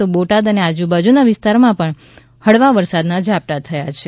તો બોટાદ અને આજુબાજુના વિસ્તારોમાં પણ હળવા વરસાદના ઝાપટા થયા છે